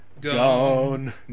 Gone